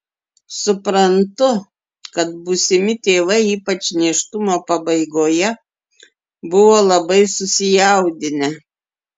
suprantu kad būsimi tėvai ypač nėštumo pabaigoje buvo labai susijaudinę